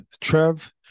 Trev